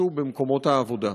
שהתרחשו במקומות העבודה.